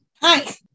Hi